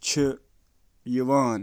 چِھ یوان تمن منٛز چِھ شٲمل: اٹلانٹک پفنز، وولوز، بیور۔ دۄشوٕے چھِ شُرین ہٕنٛز دیکھ بھال خٲطرٕ مشہوٗر۔